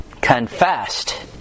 confessed